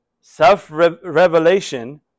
self-revelation